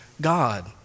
God